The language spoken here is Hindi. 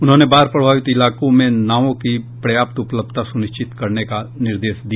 उन्होंने बाढ़ प्रभावित इलाकों में नावों की पर्याप्त उपलब्धता सुनिश्चित करने का निर्देश दिया